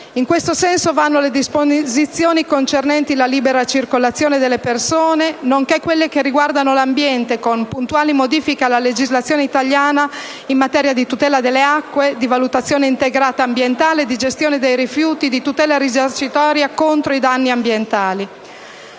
In questo senso vanno le disposizioni concernenti la libera circolazione delle persone, nonché quelle riguardanti l'ambiente, con puntuali modifiche alla legislazione italiana in materia di tutela delle acque, di valutazione integrata ambientale, di gestione dei rifiuti e di tutela risarcitoria contro i danni ambientali.